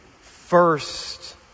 first